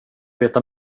veta